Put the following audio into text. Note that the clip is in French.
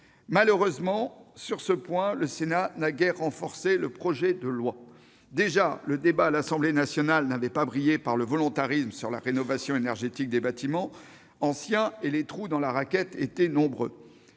Malheureusement, sur ces points, le Sénat n'a guère renforcé le projet de loi. Le débat à l'Assemblée nationale n'avait déjà pas brillé par le volontarisme à propos de la rénovation énergétique des bâtiments anciens et les trous dans la raquette étaient nombreux.